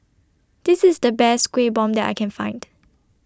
This IS The Best Kuih Bom that I Can Find